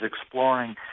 exploring